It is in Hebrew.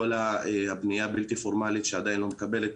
כל הבנייה הבלתי פורמלית שעדיין לא מקבלת